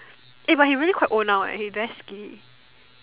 eh but he really quite old now eh he very skinny